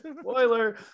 spoiler